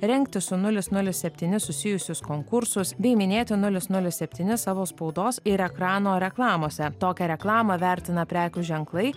rengti su nulis nulis septyni susijusius konkursus bei minėti nulis nulis septyni savo spaudos ir ekrano reklamose tokią reklamą vertina prekių ženklai